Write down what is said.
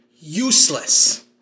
useless